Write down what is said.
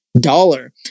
dollar